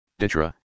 Ditra